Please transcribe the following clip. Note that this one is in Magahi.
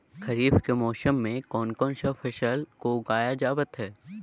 खरीफ के मौसम में कौन कौन सा फसल को उगाई जावत हैं?